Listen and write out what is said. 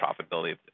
profitability